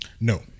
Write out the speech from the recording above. No